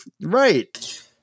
Right